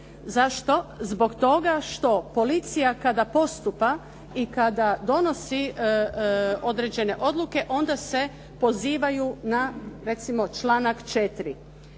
Zašto? Zbog toga što policija kada postupa i kada donosi određene odluke onda se pozivaju na recimo članak 4.